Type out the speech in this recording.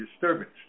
disturbance